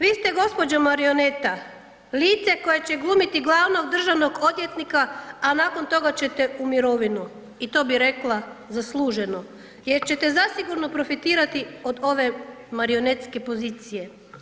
Vi ste gospođo marioneta, lice koje će glumiti glavnog državnog odvjetnika, a nakon toga ćete u mirovinu i to bi rekla zasluženu jer ćete zasigurno profitirati od ove marionetske pozicije.